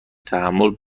تحمل